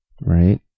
right